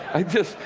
i just,